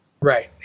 Right